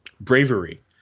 bravery